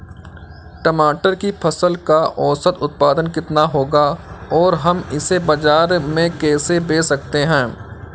टमाटर की फसल का औसत उत्पादन कितना होगा और हम इसे बाजार में कैसे बेच सकते हैं?